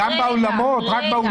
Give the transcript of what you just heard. רק באולמות?